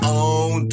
own